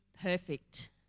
perfect